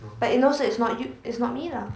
but it knows that it's not y~ it's not me lah